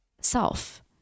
self